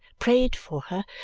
prayed for her,